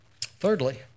Thirdly